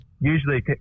usually